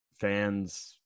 fans